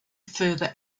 further